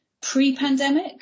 pre-pandemic